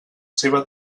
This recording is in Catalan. seva